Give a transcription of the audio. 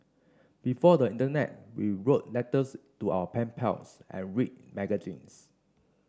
before the internet we wrote letters to our pen pals and read magazines